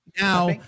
now